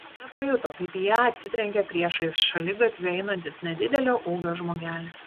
nepajuto kaip į ją atsitrenkė priešais šaligatviu einantis nedidelio ūgio žmogelis